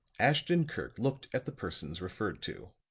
ashton-kirk looked at the persons referred to.